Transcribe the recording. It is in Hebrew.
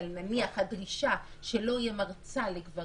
אבל הדרישה שלא תהיה מרצָה לגברים,